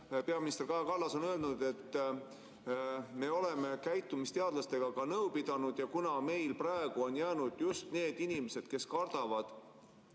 Peaminister Kallas on öelnud: "Aga me oleme käitumisteadlastega ka pidanud nõu ja kuna meil praegu on jäänud just need inimesed, kes ka kardavad